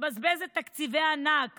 מבזבזת תקציבי ענק